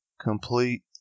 complete